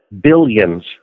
billions